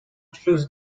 chose